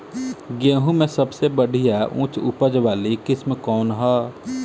गेहूं में सबसे बढ़िया उच्च उपज वाली किस्म कौन ह?